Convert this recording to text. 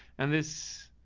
and this,